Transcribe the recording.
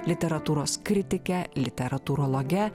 literatūros kritike literatūrologe